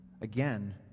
Again